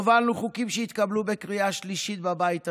הובלנו חוקים שהתקבלו בקריאה שלישית בבית הזה: